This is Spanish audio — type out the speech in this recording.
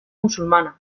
musulmana